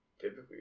typically